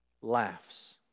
laughs